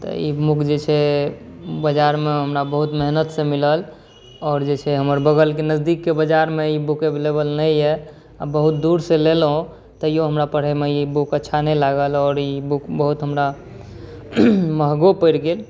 तऽ ई बुक जे छै बजारमे हमरा बहुत मेहनतिसँ मिलल आओर जे छै हमर बगलके नजदीकके बजारमे ई बुक एवलेवल नहि अइ बहुत दूरसँ लेलहुँ तैओ हमरा पढ़ैमे ई बुक अच्छा नहि लागल आओर ई बुक बहुत हमरा महगो पड़ि गेल